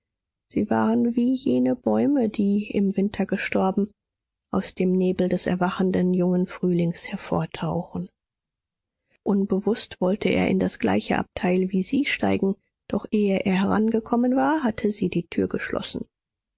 sie waren wie jene bäume die im winter gestorben aus dem nebel des erwachenden jungen frühlings hervortauchen unbewußt wollte er in das gleiche abteil wie sie steigen doch ehe er herangekommen war hatte sie die tür geschlossen